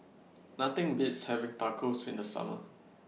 Nothing Beats having Tacos in The Summer